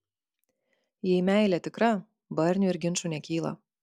jei meilė tikra barnių ir ginčų nekyla